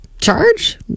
charge